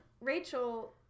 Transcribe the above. Rachel